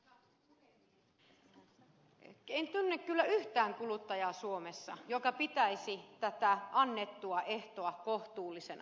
en tunne kyllä yhtään kuluttajaa suomessa joka pitäisi tätä annettua ehtoa kohtuullisena